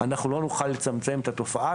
אנחנו לא לצמצם את התופעה,